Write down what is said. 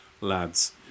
lads